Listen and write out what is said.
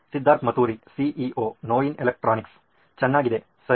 ಸಿದ್ಧಾರ್ಥ್ ಮತುರಿ ಸಿಇಒ ನೋಯಿನ್ ಎಲೆಕ್ಟ್ರಾನಿಕ್ಸ್ ಚೆನ್ನಾಗಿದೆ ಸರಿ